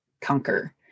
conquer